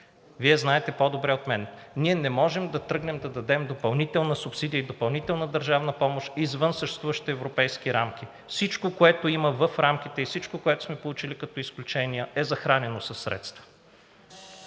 Вие знаете по-добре от мен – ние не можем да тръгнем да дадем допълнителна субсидия и допълнителна държавна помощ извън съществуващите европейски рамки. Всичко, което има в рамките, и всичко, което сме получили като изключения, е захранено със средства.